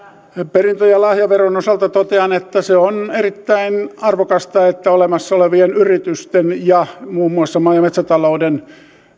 perintö ja lahjaveron osalta totean että on erittäin arvokasta että olemassa olevien yritysten muun muassa maa ja metsätaloudessa